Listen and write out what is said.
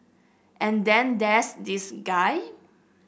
and then there's this guy